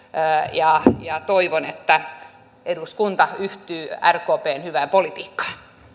ja ja toivon että eduskunta yhtyy rkpn hyvään politiikkaan